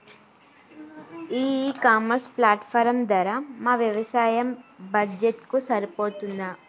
ఈ e commerce platform ధర మా వ్యవసాయ బడ్జెట్ కు సరిపోతుందా?